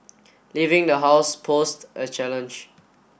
leaving the house posed a challenge